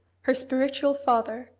her spiritual father,